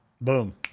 Boom